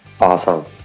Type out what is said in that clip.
awesome